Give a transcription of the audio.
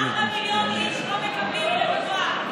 ארבעה מיליון איש לא מקבלים רפואה.